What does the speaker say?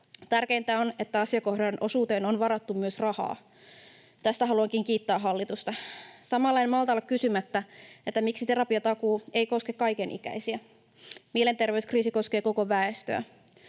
Tärkeintä on, että asiakohdan osuuteen on varattu myös rahaa. Tästä haluankin kiittää hallitusta. Samalla en malta olla kysymättä: miksi terapiatakuu ei koske kaikenikäisiä? Mielenterveyskriisi koskee koko väestöä.